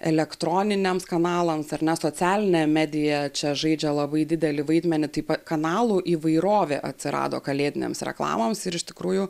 elektroniniams kanalams ar ne socialinė medija čia žaidžia labai didelį vaidmenį taip pa kanalų įvairovė atsirado kalėdinėms reklamoms ir iš tikrųjų